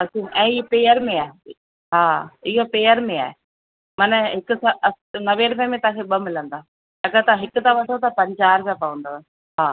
असीं ऐं ई पेअर में आहे हा इहा पेअर में आहे हा माना हिक सां नवें रुपए में तव्हांखे ॿ मिलंदा अगरि तां हिक था वठो त पंजाहु रुपया पवंदव हा